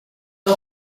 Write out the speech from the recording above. the